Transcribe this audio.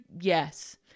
Yes